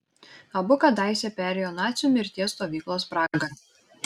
abu kadaise perėjo nacių mirties stovyklos pragarą